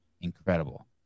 incredible